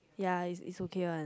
ya is is okay one